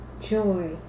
joy